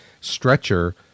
stretcher